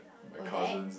oh that